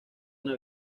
una